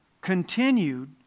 continued